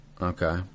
Okay